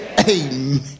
Amen